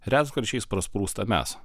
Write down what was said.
retkarčiais prasprūsta mes